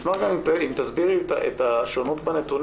אשמח גם אם תסבירי את השונות בנתונים,